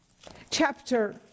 chapter